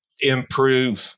improve